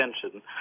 attention